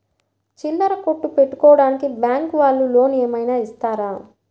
చిల్లర కొట్టు పెట్టుకోడానికి బ్యాంకు వాళ్ళు లోన్ ఏమైనా ఇస్తారా?